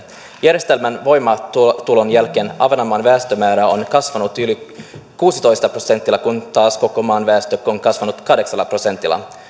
järjestelmän voimaantulon jälkeen ahvenanmaan väestömäärä on kasvanut yli kuudellatoista prosentilla kun taas koko maan väestö on kasvanut kahdeksalla prosentilla